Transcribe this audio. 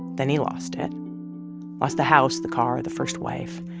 then he lost it lost the house, the car, the first wife.